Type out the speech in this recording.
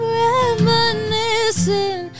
reminiscing